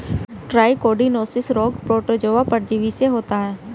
trichodinosis रोग protozoa परजीवी से होता है